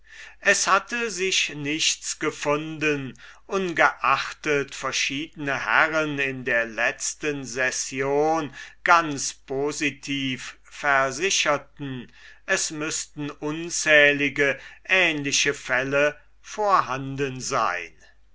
es hatte sich nichts gefunden ungeachtet verschiedene herren in der letzten session ganz positiv versicherten es müßten unzählige ähnliche fälle vorhanden sein